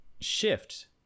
shift